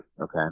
Okay